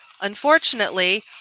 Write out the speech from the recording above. unfortunately